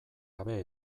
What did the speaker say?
gabe